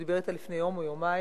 שהוא דיבר אתה לפני יום או יומיים.